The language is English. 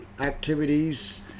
activities